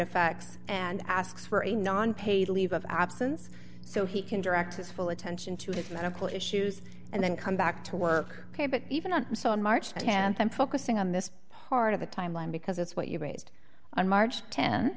effects and asks for a non paid leave of absence so he can direct his full attention to his medical issues and then come back to work ok but even so on march th i'm focusing on this part of the timeline because it's what you raised on march